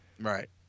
Right